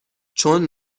چون